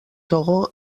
togo